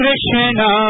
Krishna